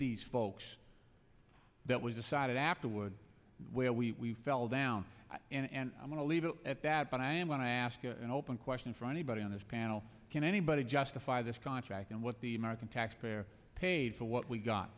these folks that we decided afterward where we fell down and i'm going to leave it at that but i am going to ask an open question for anybody on this panel can anybody justify this contract and what the american taxpayer paid for what we got